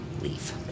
leave